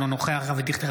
אינו נוכח אבי דיכטר,